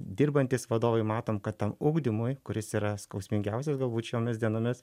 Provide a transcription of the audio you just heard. dirbantys vadovai matom kad tam ugdymui kuris yra skausmingiausias galbūt šiomis dienomis